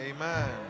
Amen